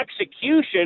execution